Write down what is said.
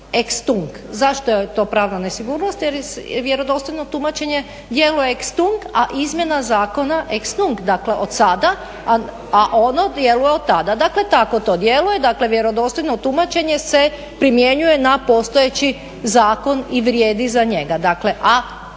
Zašto je to pravna nesigurnost, jer vjerodostojno tumačenje djeluje ex tunc, a izmjena zakona ex tunc dakle od sada, a ono djeluje od tada, dakle tako to djeluje. Dakle vjerodostojno tumačenje se primjenjuje na postojeći zakon o vrijedi za njega,